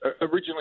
originally